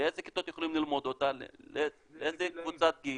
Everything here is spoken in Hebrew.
באיזה כיתות יכולים ללמוד אותה, לאיזה קבוצת גיל?